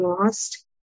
lost